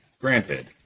granted